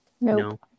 no